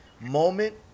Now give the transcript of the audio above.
moment